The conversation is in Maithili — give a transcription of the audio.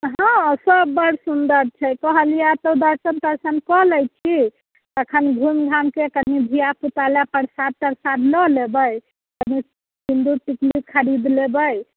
हँ सब बड़ सुंदर छै कहलियै एतऽ दर्शन तर्शन कऽ लैत छी तखन घूमि घामिके कनि धिआ पूता ले प्रसाद तरसाद लऽ लेबै सिंदूर टिकुली खरीद लेबै